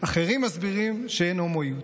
אחרים מסבירים שאין הומואיות.